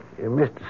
Mr